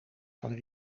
van